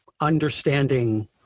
understanding